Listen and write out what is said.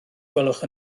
gwelwch